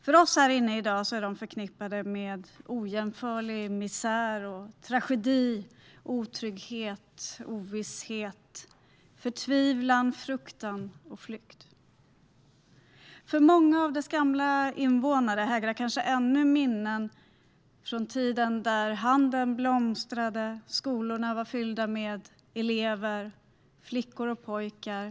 För oss här inne i dag är de förknippade med ojämförlig misär och tragedi, otrygghet, ovisshet, förtvivlan, fruktan och flykt. För många av deras gamla invånare hägrar kanske ännu minnen från tiden då handeln blomstrade och skolorna var fyllda av elever - flickor och pojkar.